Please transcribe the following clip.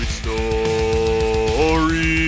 story